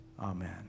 Amen